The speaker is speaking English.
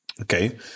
okay